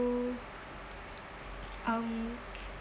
um